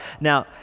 Now